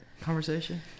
conversation